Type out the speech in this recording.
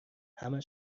همه